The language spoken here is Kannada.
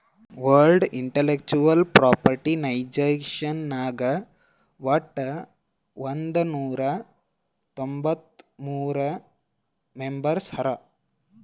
ವರ್ಲ್ಡ್ ಇಂಟಲೆಕ್ಚುವಲ್ ಪ್ರಾಪರ್ಟಿ ಆರ್ಗನೈಜೇಷನ್ ನಾಗ್ ವಟ್ ಒಂದ್ ನೊರಾ ತೊಂಬತ್ತ ಮೂರ್ ಮೆಂಬರ್ಸ್ ಹರಾ